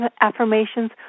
affirmations